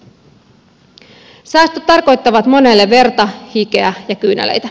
säästöt tarkoittavat monelle verta hikeä ja kyyneleitä